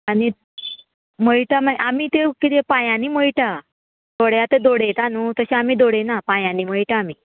आनी मयटा मागीर आमी त्यो कितें पांयांनी मयटा थोडे आतां दोडयता न्हू तशें आमी दोडयना पांयांनी मयटा आमी